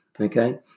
Okay